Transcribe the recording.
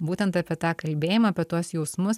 būtent apie tą kalbėjimą apie tuos jausmus